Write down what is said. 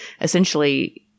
essentially